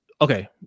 okay